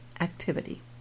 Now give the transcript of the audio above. activity